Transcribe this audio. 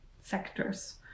sectors